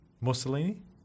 Mussolini